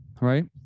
right